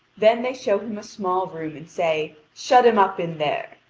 then they show him a small room, and say shut him up in there.